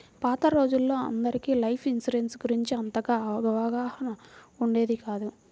పాత రోజుల్లో అందరికీ లైఫ్ ఇన్సూరెన్స్ గురించి అంతగా అవగాహన ఉండేది కాదు